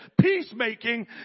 Peacemaking